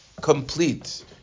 complete